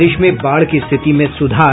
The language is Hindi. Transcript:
प्रदेश में बाढ़ की स्थिति में सुधार